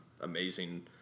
amazing